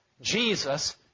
Jesus